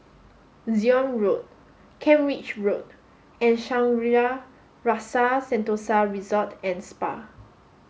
Zion Road Kent Ridge Road and Shangri La's Rasa Sentosa Resort and Spa